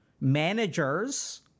managers